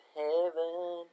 heaven